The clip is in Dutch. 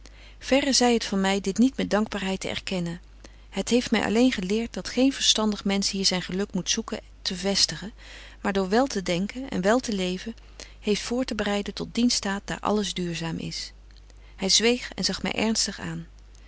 verre zy het van my dit niet met dankbaarheid te erkennen het heeft my alleen geleert dat geen verstandig mensch hier zyn geluk moet zoeken te vestigen maar door wel te denken en wel te leven heeft voor te bereiden tot dien staat daar alles duurzaam is hy zweeg en zag my ernstig aan